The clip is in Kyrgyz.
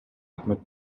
өкмөт